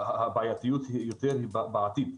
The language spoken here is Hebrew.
הבעייתיות היא יותר לגבי העתיד.